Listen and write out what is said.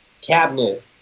cabinet